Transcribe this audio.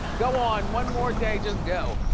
go on one more day, just go.